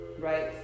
right